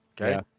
Okay